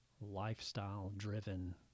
lifestyle-driven